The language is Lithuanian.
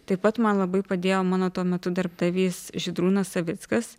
taip pat man labai padėjo mano tuo metu darbdavys žydrūnas savickas